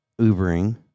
ubering